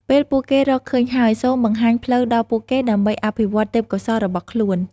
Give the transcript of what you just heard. ពេលពួកគេរកឃើញហើយ សូមបង្ហាញផ្លូវដល់ពួកគេដើម្បីអភិវឌ្ឍទេពកោសល្យរបស់ខ្លួន។